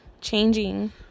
changing